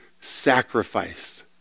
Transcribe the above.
sacrifice